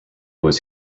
was